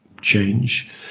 change